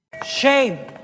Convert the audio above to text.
Shame